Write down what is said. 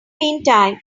meantime